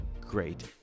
great